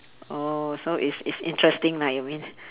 oh so it's it's interesting lah you mean